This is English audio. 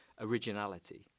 originality